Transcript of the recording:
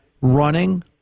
running